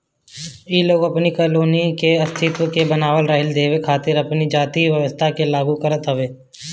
इ लोग अपनी कॉलोनी के अस्तित्व के बनल रहे देवे खातिर अपनी में जाति व्यवस्था के लागू करत हवे